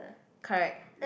correct